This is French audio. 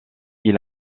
ils